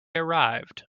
arrived